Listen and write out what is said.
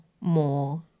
more